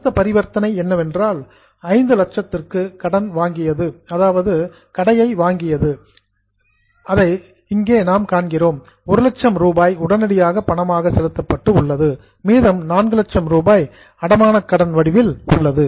அடுத்த பரிவர்த்தனை என்னவென்றால் 500000 க்கு கடை வாங்கியது கொடுக்கப்பட்டிருக்கிறது 100000 ரூபாய் உடனடியாக பணமாக செலுத்தப்பட்டு உள்ளது மீதமுள்ள 400000 ரூபாய் அடமான கடன் வடிவில் உள்ளது